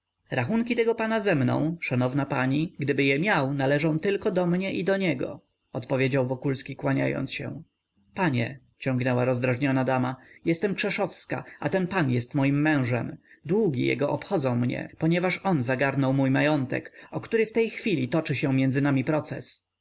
rachunki tego pana ze mną szanowna pani gdyby je miał należą tylko do niego i do mnie odpowiedział wokulski kłaniając się panie ciągnęła rozdrażniona dama jestem krzeszowska a ten pan jest moim mężem długi jego obchodzą mnie ponieważ on zagarnął mój majątek o który w tej chwili toczy się między nami proces